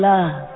Love